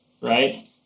right